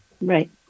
Right